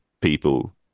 people